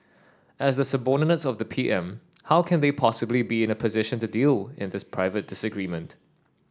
as the subordinates of the P M how can they possibly be in a position to deal in this private disagreement